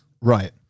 Right